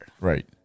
Right